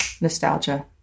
nostalgia